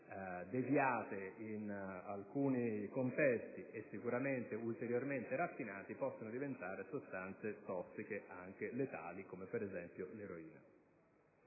deviate in alcuni contesti e ulteriormente raffinate, possono sicuramente diventare sostanze tossiche anche letali, come per esempio l'eroina.